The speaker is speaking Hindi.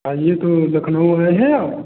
हाँ जी तो लखनऊ आए हैं आप